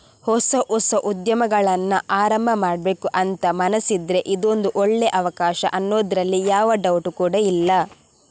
ಹೊಸ ಹೊಸ ಉದ್ಯಮಗಳನ್ನ ಆರಂಭ ಮಾಡ್ಬೇಕು ಅಂತ ಮನಸಿದ್ರೆ ಇದೊಂದು ಒಳ್ಳೇ ಅವಕಾಶ ಅನ್ನೋದ್ರಲ್ಲಿ ಯಾವ ಡೌಟ್ ಕೂಡಾ ಇಲ್ಲ